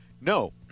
No